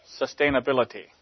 sustainability